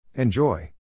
Enjoy